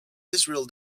israel